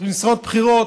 במשרות בכירות,